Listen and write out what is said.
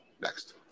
Next